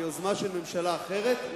ביוזמה של ממשלה אחרת,